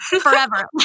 forever